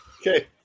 Okay